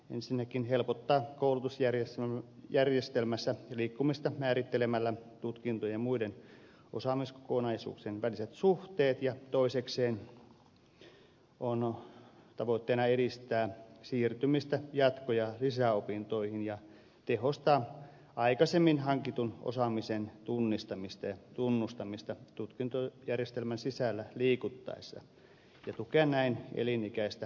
ensinnäkin helpottaa koulutusjärjestelmässä liikkumista määrittelemällä tutkintojen ja muiden osaamiskokonaisuuksien väliset suhteet ja toisekseen on tavoitteena edistää siirtymistä jatko ja lisäopintoihin ja tehostaa aikaisemmin hankitun osaamisen tunnistamista ja tunnustamista tutkintojärjestelmän sisällä liikuttaessa ja tukea näin elinikäis tä oppimista